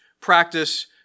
practice